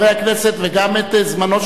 וגם את זמנו של הציבור,